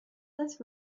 less